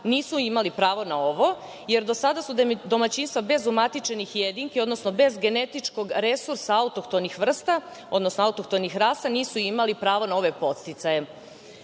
nisu imali pravo na ovo, jer do sada su domaćinstva bez umatičenih jedinki, odnosno bez genetičkog resursa autohtonih vrsta, odnosno autohtonih rasa nisu imali pravo na ove podsticaje. Cilj